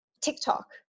TikTok